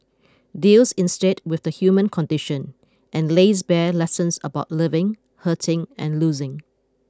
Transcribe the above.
deals instead with the human condition and lays bare lessons about living hurting and losing